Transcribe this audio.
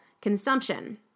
consumption